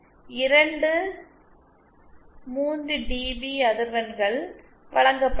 இரண்டு 3dB அதிர்வெண்கள் வழங்கப்படலாம்